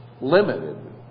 limited